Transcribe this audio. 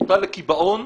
נוטה לקיבעון,